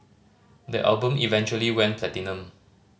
the album eventually went platinum